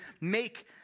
make